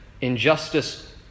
Injustice